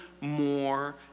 more